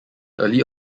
early